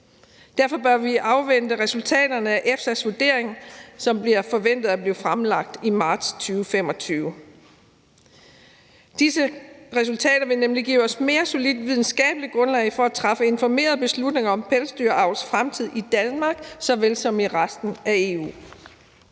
Derfor bør vi afvente resultaterne af EFSA's vurdering, som forventes at blive fremlagt i marts 2025. Disse resultater vil nemlig give os et mere solidt videnskabeligt grundlag for at træffe informerede beslutninger om pelsdyravlens fremtid i Danmark såvel som i resten af EU.